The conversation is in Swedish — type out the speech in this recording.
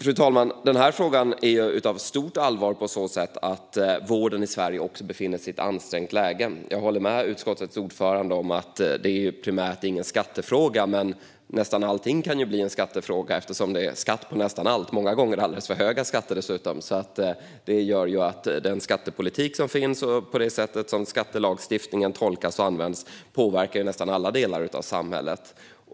Fru talman! Den här frågan är av stort allvar såtillvida att vården i Sverige befinner sig i ett ansträngt läge. Jag håller med utskottets ordförande om att det inte primärt är en skattefråga. Men nästan allting kan bli skattefrågor eftersom det är skatt på nästan allt och många gånger dessutom alldeles för höga skatter. Det gör att den skattepolitik som finns och det sätt på vilket skattelagstiftningen tolkas och används påverkar nästan alla delar av samhället.